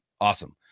awesome